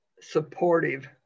supportive